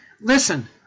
Listen